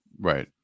right